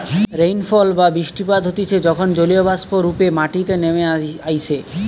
rainfall বা বৃষ্টিপাত হতিছে যখন জলীয়বাষ্প রূপে মাটিতে নেমে আইসে